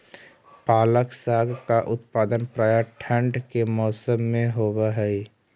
पालक साग का उत्पादन प्रायः ठंड के मौसम में होव हई